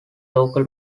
local